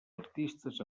artistes